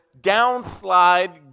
downslide